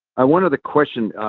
i wonder the question,